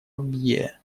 абьее